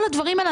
כל הדברים האלה,